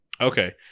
Okay